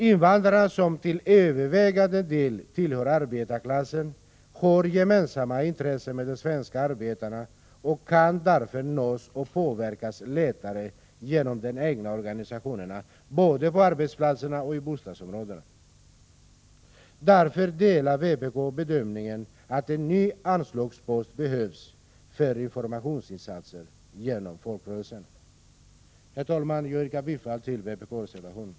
Invandrarna, som till övervägande delen tillhör arbetarklassen, har gemensamma intressen med de svenska arbetarna och kan därför nås och påverkas lättare genom de egna organisationerna både på arbetsplatser och i bostadsområden. Därför delar vpk bedömningen att en ny anslagspost behövs för informationsinsatser genom folkrörelserna. Herr talman! Jag yrkar bifall till vpk-reservationen.